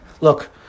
Look